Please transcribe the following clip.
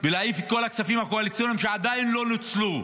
להעיף את כל הכספים הקואליציוניים שעדיין לא נוצלו,